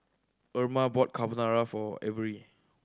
Erma bought Carbonara for Avery